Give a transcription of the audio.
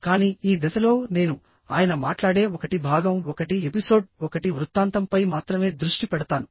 కానీ ఈ దశలో నేను ఆయన మాట్లాడే 1 భాగం 1 ఎపిసోడ్ 1 వృత్తాంతంపై మాత్రమే దృష్టి పెడతాను